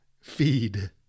feed